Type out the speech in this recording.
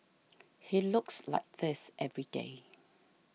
he looks like this every day